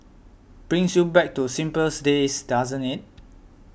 brings you back to simpler days doesn't it